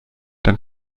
dann